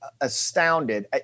astounded